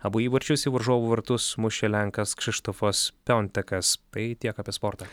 abu įvarčius į varžovų vartus mušė lenkas kšištofas peontakas tai tiek apie sportą